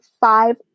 five